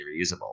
reusable